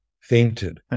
fainted